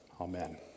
Amen